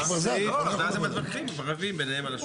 שומת הוועדה המקומית ונוצר הפרש חיובי בין היטל